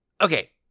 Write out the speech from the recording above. okay